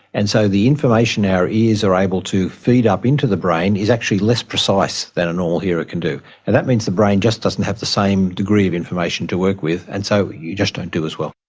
and so the information our ears are able to feed up into the brain is actually less precise than a normal hearer can do, and that means the brain just doesn't have the same degree of information to work with and so you just don't do as well.